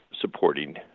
supporting